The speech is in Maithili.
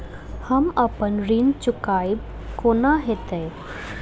हम अप्पन ऋण चुकाइब कोना हैतय?